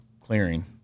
clearing